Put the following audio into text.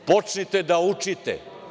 Počnite da učite.